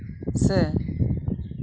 ᱥᱮ